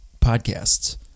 Podcasts